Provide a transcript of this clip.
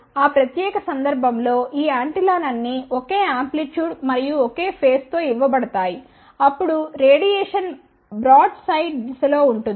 ఆ ప్రత్యేక సందర్భం లో ఈ యాంటెన్నాలన్నీ ఒకే ఆంప్లిట్యూడ్ మరియు ఒకే ఫేజ్ తో ఇవ్వబడతాయి అప్పుడు రేడియేషన్ బ్రాడ్ సైడ్ దిశలో ఉంటుంది